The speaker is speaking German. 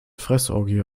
fressorgie